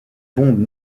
bombe